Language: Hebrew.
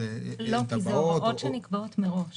למה דווקא של עובדים